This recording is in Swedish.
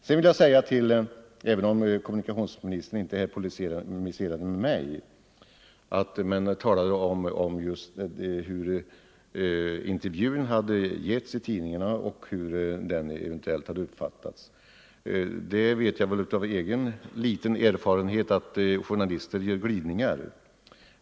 Sedan vill jag säga till kommunikationsmininstern —- även om han inte polemiserade mot mig i frågan om hur intervjun hade givits och hur tidningarna eventuellt hade uppfattat den — att jag vet av egen liten erfarenhet att journalister gör vridningar.